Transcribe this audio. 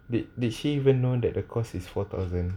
did did she even know that the course is four thousand